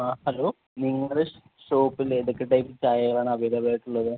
ആ ഹലോ നിങ്ങൾ ഷോപ്പിൽ ഏതൊക്കെ ടൈപ്പ് ചായകളാണ് അവൈലബിൾ ആയിട്ടുള്ളത്